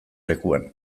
lekuan